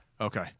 Okay